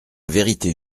vérité